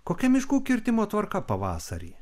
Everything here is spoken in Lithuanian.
kokia miškų kirtimo tvarka pavasarį